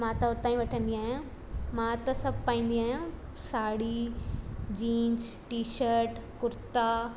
मां त हुतां ई वठंदी आहियां मां त सभु पाईंदी आहियां sari jeans T shirt kurta